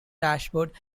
dashboard